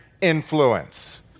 influence